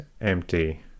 empty